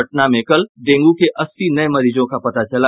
पटना में कल डेंगू के अस्सी नये मरीजों का पता चला